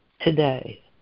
today